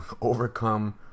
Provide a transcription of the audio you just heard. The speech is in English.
overcome